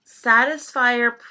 Satisfier